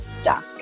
stuck